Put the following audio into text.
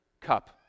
cup